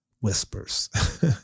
whispers